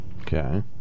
okay